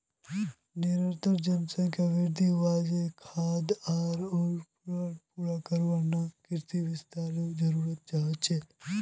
निरंतर जनसंख्या वृद्धिर वजह खाद्य आर ऊर्जाक पूरा करवार त न कृषि विस्तारेर जरूरत ह छेक